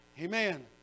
Amen